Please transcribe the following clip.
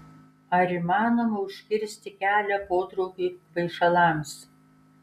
ar įmanoma užkirsti kelią potraukiui kvaišalams